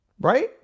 right